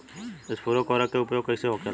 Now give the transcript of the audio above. स्फुर उर्वरक के उपयोग कईसे होखेला?